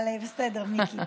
בסדר, מיקי.